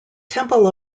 temple